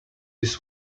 this